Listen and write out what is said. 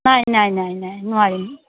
নাই নাই নাই নাই নোৱাৰিম